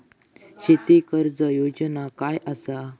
शेती कर्ज योजना काय असा?